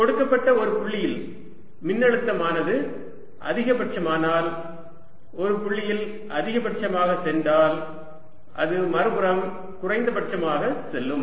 எனவே கொடுக்கப்பட்ட ஒரு புள்ளியில் மின்னழுத்தமானது அதிகபட்சமானால் ஒரு புள்ளியில் அதிகபட்சமாகச் சென்றால் அது மறுபுறம் குறைந்தபட்சமாக செல்லும்